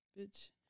bitch